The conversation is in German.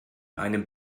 einem